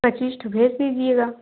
पच्चीस ठो भेज दीजिएगा